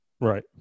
Right